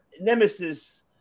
nemesis